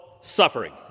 suffering